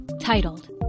titled